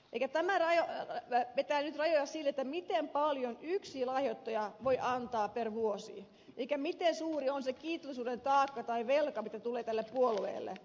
elikkä tämä vetää nyt rajoja sille miten paljon yksi lahjoittaja voi antaa per vuosi eli miten suuri on se kiitollisuuden taakka tai velka mitä tulee tälle puolueelle